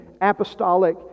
apostolic